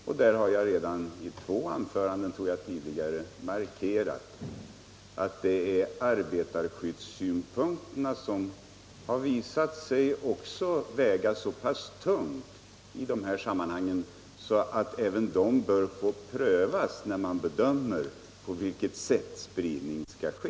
Jag har redan i två tidigare anföranden markerat att det bl.a. beror på att arbetarskyddssynpunkterna visat sig väga så tungt i detta sammanhang att även de bör prövas när man bedömer på vilket sätt spridningen skall ske.